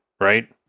right